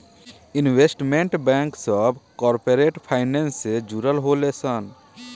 investment bank सभ corporate finance से जुड़ल होले सन